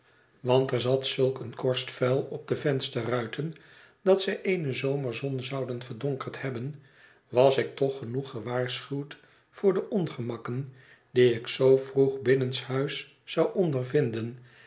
want er zat zulk eene korst vuil op de vensterruiten dat zij eene zomerzon zouden verdonkerd hebben was ik toch genoeg gewaarschuwd voor de ongemakken die ik zoo vroeg binnenshuis zou ondervinden